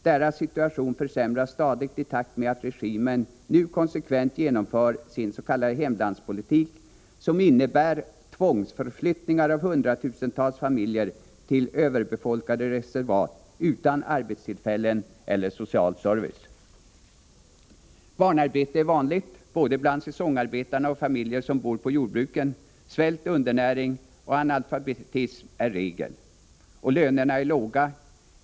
Deras situation försämras stadigt i takt med att regimen nu konsekvent genomför sin s.k. hemlandspolitik, som innebär tvångsförflyttningar av hundratusentals familjer till överbefolkade reservat utan arbetstillfällen eller social service. Barnarbete är vanligt, både bland säsongsarbetarna och bland familjer som bor på jordbruken. Svält, undernäring och analfabetism är regel. Lönerna är låga.